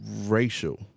racial